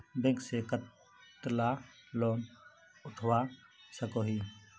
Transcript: Bank से कतला loan उठवा सकोही?